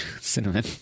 Cinnamon